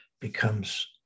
becomes